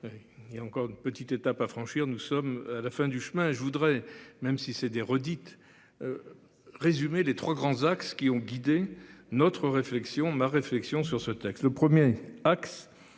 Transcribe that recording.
Et encore une petite étape à franchir. Nous sommes à la fin du chemin. Et je voudrais même si c'est des redites. Résumé les 3 grands axes qui ont guidé notre réflexion ma réflexion sur ce texte